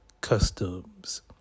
customs